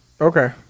Okay